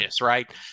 right